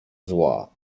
zła